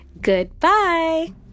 Goodbye